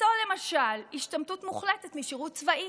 יפסול למשל השתמטות מוחלטת משירות צבאי.